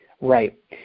Right